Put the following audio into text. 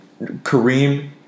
Kareem